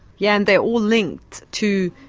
yeah and they're all linked to.